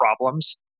problems